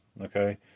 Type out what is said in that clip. okay